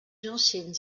anciennes